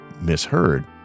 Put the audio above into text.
misheard